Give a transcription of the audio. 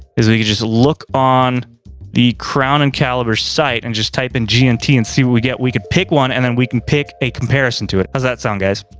is we could just look on the crown and caliber site, and just type in gmt and see what we get. we could pick one and then we can pick a comparison to it. how's that sound guys?